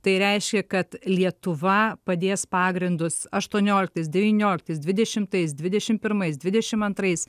tai reiškia kad lietuva padės pagrindus aštuonioliktas devynioliktas dvidešimtais dvidešimt pirmais dvidešimt antrais